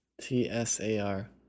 T-S-A-R